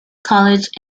college